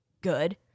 good